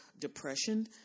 depression